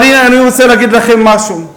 אבל אני רוצה להגיד לכם משהו: